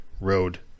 road